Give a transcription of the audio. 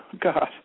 God